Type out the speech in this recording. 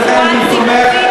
ולכן אני תומך,